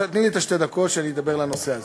לא, תני לי את שתי הדקות, שאני אדבר על הנושא הזה.